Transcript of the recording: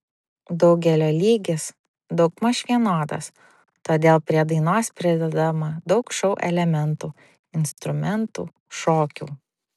daugelio lygis daugmaž vienodas todėl prie dainos pridedama daug šou elementų instrumentų šokių